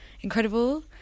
incredible